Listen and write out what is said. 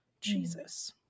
Jesus